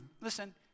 listen